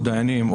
או דיינים,